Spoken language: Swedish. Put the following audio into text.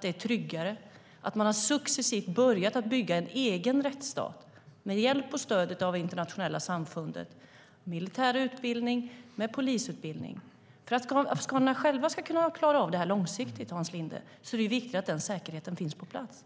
Det är tryggare, och man har successivt börjat bygga en egen rättsstat med hjälp och stöd av det internationella samfundet. Det handlar om militär utbildning och polisutbildning. För att afghanerna själva ska kunna klara av detta långsiktigt, Hans Linde, är det viktigt att denna säkerhet finns på plats.